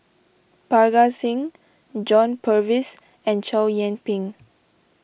Parga Singh John Purvis and Chow Yian Ping